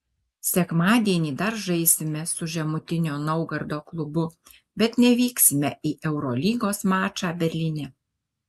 sekmadienį dar žaisime su žemutinio naugardo klubu bet nevyksime į eurolygos mačą berlyne